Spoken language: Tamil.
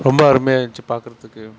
ரொம்ப அருமையாக இருந்துச்சி பார்க்கறத்துக்கு